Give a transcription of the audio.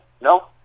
No